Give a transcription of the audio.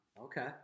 Okay